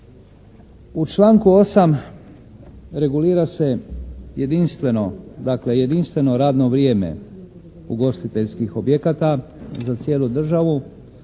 jedinstveno, dakle jedinstveno radno vrijeme ugostiteljskih objekata za cijelu državu